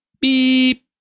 beep